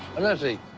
let's eat.